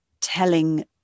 telling